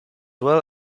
well